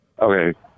Okay